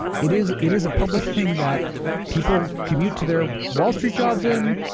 it is it is a public thing that people commute to their wall street jobs in,